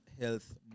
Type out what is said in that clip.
Health